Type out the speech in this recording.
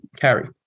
carry